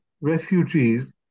refugees